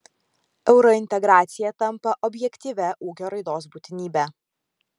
eurointegracija tampa objektyvia ūkio raidos būtinybe